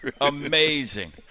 Amazing